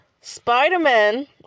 spider-man